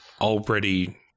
already